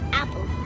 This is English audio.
apple